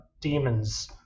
Demons